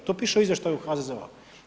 To piše u izvještaju HZZO-a.